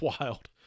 wild